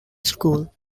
school